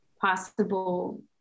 possible